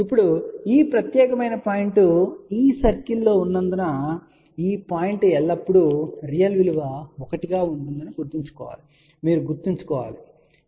ఇప్పుడు ఈ ప్రత్యేకమైన పాయింట్ ఈ సర్కిల్లో ఉన్నందున ఈ పాయింట్ ఎల్లప్పుడూ రియల్ విలువ 1 గా ఉంటుందని గుర్తుంచుకోండి మీరు గుర్తుంచుకోవలసిన కొన్ని విషయాలు